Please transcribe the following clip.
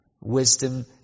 wisdom